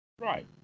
Right